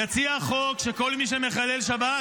יציע חוק שכל מי שמחלל שבת,